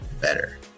better